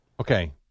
Okay